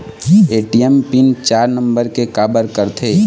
ATM pin चार number के काबर करथे?